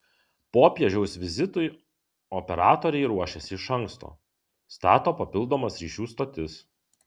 popiežiaus vizitui operatoriai ruošiasi iš anksto stato papildomas ryšių stotis